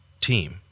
team